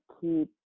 keep